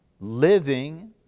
living